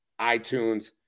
iTunes